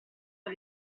dai